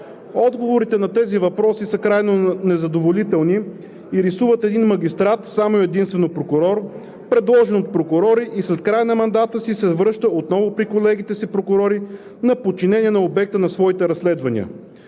Отговорите на тези въпроси са крайно незадоволителни и рисуват един магистрат, само и единствено прокурор, предложен от прокурори, и след края на мандата си се връща отново при колегите си прокурори на подчинение на обекта на своите разследвания.